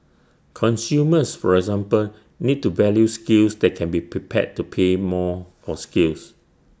consumers for example need to value skills that can be prepared to pay more for skills